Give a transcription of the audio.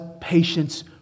patience